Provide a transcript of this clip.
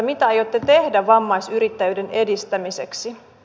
mitä aiotte tehdä vammaisyrittäjyyden edistämiseksi